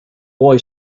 boy